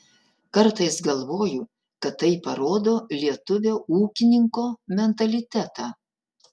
kartais galvoju kad tai parodo lietuvio ūkininko mentalitetą